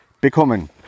bekommen